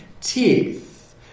Teeth